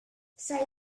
saj